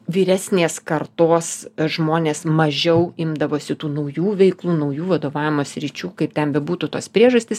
vyresnės kartos žmonės mažiau imdavosi tų naujų veiklų naujų vadovavimo sričių kaip ten bebūtų tos priežastys